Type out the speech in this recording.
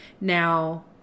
Now